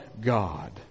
God